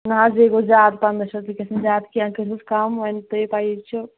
نہ حظ یے گوٚو زیادٕ پَنٛداہ شَتھ یہِ گَژھِ نہٕ زیادٕ کینہہ وۄنۍ کٔرۍہُس کم وۄنۍ تۄہے پَیی چھو